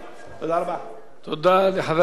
תודה לחבר הכנסת מאיר שטרית.